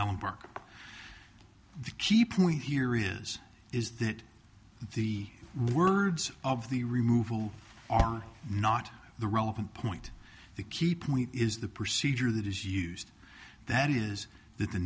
ellen barkin the key point here is is that the words of the removal are not the relevant point the key point is the procedure that is used that is that the